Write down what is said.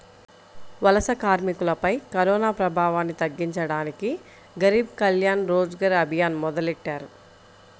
వలస కార్మికులపై కరోనాప్రభావాన్ని తగ్గించడానికి గరీబ్ కళ్యాణ్ రోజ్గర్ అభియాన్ మొదలెట్టారు